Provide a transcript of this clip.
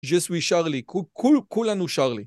‫אני שרלי, כולנו שרלי.